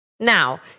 Now